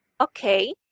Okay